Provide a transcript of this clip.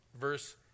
Verse